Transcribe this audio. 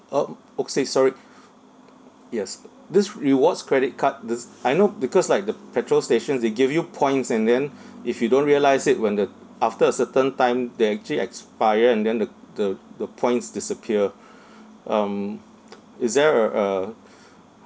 um ok~ say sorry yes this rewards credit card does I know because like the petrol stations they give you points and then if you don't realise it when the after a certain time they actually expire and then the the the points disappear um is there uh uh